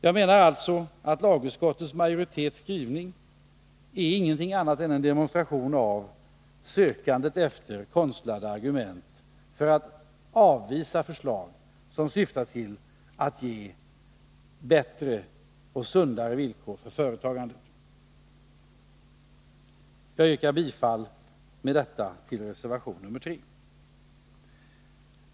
Jag menar alltså att lagutskottets majoritets skrivning inte är någonting annat än en demonstration av sökandet efter konstlade argument för att avvisa förslag som syftar till att ge bättre och sundare villkor för företagande. Jag yrkar med detta bifall till reservation nr 3.